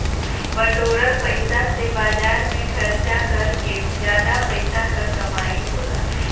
बटोरल पइसा से बाजार में खरचा कर के जादा पइसा क कमाई होला